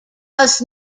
does